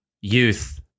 youth